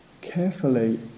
carefully